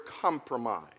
compromise